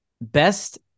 Best